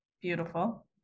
Beautiful